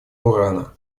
урана